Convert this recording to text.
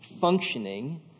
functioning